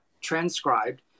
transcribed